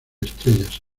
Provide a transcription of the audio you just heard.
estrellas